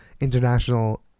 International